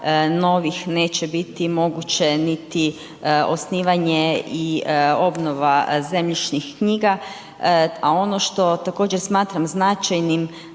novih neće biti moguće niti osnivanje i obnova zemljišnih knjiga, a ono što također smatram značajnim